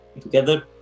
together